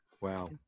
Wow